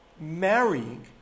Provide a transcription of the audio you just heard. marrying